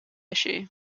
issue